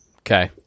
Okay